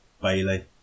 Bailey